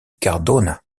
cardona